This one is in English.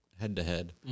head-to-head